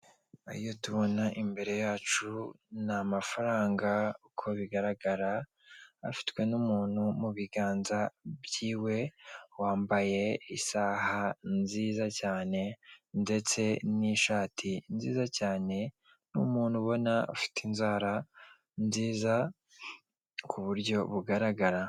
Iyo tubona imbere yacu ni amafaranga uko bigaragara afitwe n'umuntu mu biganza byiwe wambaye isaha nziza cyane ndetse n'ishati nziza cyane, ni umuntu ubona ufite inzara nziza ku buryo bugaragara.